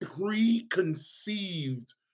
preconceived